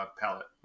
palette